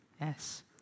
Yes